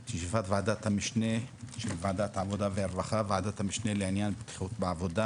את ישיבת ועדת המשנה של ועדת העבודה והרווחה לעניין בטיחות בעבודה.